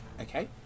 Okay